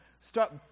start